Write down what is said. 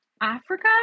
Africa